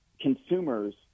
consumers